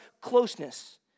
closeness